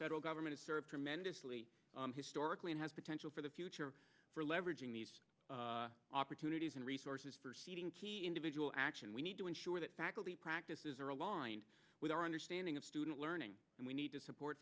federal government to serve tremendously historically and has potential for the future for leveraging these opportunities and resources for seeding key individual action we need to ensure that faculty practices are along with our understanding of student learning and we need to support